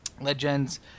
Legends